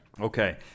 Okay